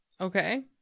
Okay